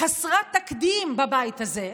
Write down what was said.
וחסרת תקדים בבית הזה: